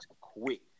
quick